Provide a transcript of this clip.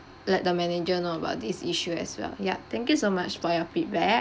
let the manager know about this issue as well ya thank you so much for your feedback